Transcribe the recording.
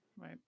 Right